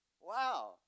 Wow